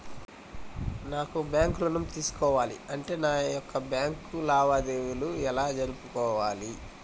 నాకు వ్యాపారం ఋణం తీసుకోవాలి అంటే నా యొక్క బ్యాంకు లావాదేవీలు ఎలా జరుపుకోవాలి?